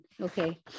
okay